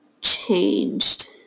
changed